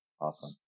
awesome